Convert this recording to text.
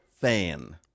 fan